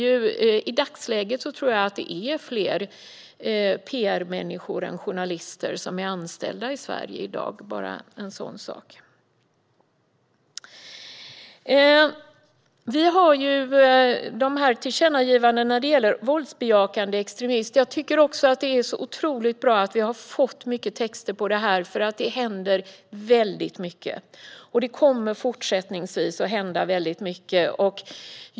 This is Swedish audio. Jag tror att det i dagsläget är fler pr-människor än journalister som är anställda i Sverige - bara en sådan sak! När det gäller tillkännagivandena om våldsbejakande extremism är det otroligt bra att vi har fått mycket texter om det. Det händer nämligen mycket. Och det kommer att fortsätta hända mycket.